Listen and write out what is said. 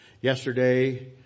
Yesterday